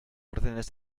órdenes